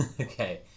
Okay